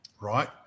Right